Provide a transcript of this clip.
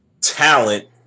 talent